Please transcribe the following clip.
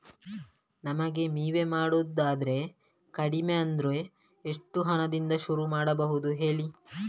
ನಮಗೆ ವಿಮೆ ಮಾಡೋದಾದ್ರೆ ಕಡಿಮೆ ಅಂದ್ರೆ ಎಷ್ಟು ಹಣದಿಂದ ಶುರು ಮಾಡಬಹುದು ಹೇಳಿ